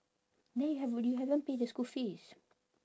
then you have you haven't pay the school fees